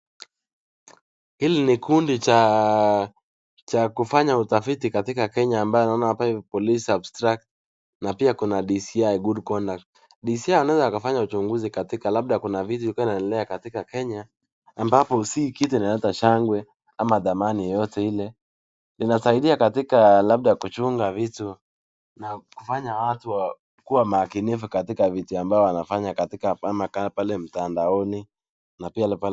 Hili ni kundi cha kufanya utafiti katika Kenya amabyo naona haoa ivi police abstract na pia kuna dci good conduct , dci anaeza kufanya uchunguzi katika labda kuna wizi ilkuwa inaedelea katika Kenya, amabpo sii kiyu inaleta shangwe , ama dhamani yeyeote ile , inasaidia katika labda kuchunga vitu, na kufanya watu kuwa makinifu katika vitu wanavifanya mtandaoni.